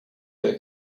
her